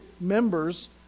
members